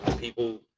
people